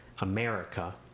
America